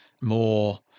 more